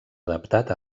adaptat